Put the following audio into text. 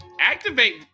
activate